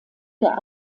der